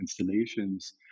installations